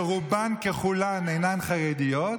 שרובן ככולן אינן חרדיות,